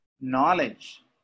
knowledge